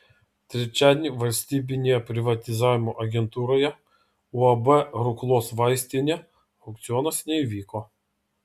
trečiadienį valstybinėje privatizavimo agentūroje uab ruklos vaistinė aukcionas neįvyko